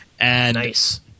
Nice